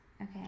okay